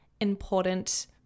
important